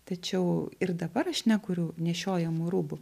tačiau ir dabar aš nekuriu nešiojamų rūbų